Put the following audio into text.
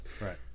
Right